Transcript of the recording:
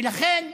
ולכן,